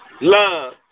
Love